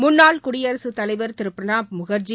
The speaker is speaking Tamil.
முன்னாள் குடியரசுத் தலைவர் திரு பிரணாப் முகர்ஜி